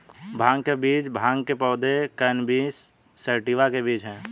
भांग के बीज भांग के पौधे, कैनबिस सैटिवा के बीज हैं